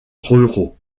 ruraux